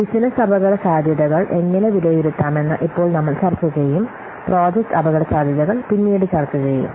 business അപകടസാധ്യതകൾ എങ്ങനെ വിലയിരുത്താമെന്ന് ഇപ്പോൾ നമ്മൾ ചർച്ച ചെയ്യും പ്രോജക്റ്റ് അപകടസാധ്യതകൾ പിന്നീട് ചർച്ചചെയ്യും